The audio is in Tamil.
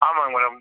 ஆமாங்க மேடம்